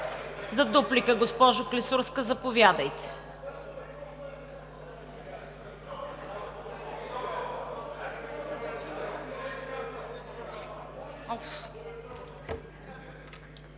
За дуплика – госпожо Клисурска, заповядайте.